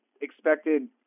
expected